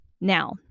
Now